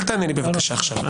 אל תענה לי בבקשה עכשיו.